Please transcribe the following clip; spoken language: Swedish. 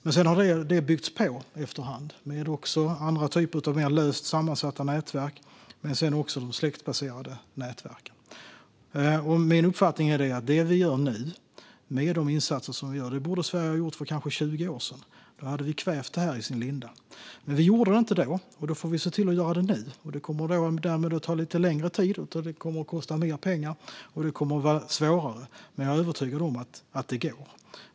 Men sedan har detta byggts på efter hand med andra typer av mer löst sammansatta nätverk och sedan även de släktbaserade nätverken. Min uppfattning är att de insatser som vi nu gör borde Sverige ha gjort för kanske 20 år sedan. Då hade vi kvävt detta i sin linda. Men vi gjorde det inte då. Då får vi se till att göra det nu. Det kommer därmed att ta lite längre tid, kosta mer pengar och vara svårare. Men jag är övertygad om att det går.